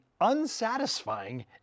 unsatisfying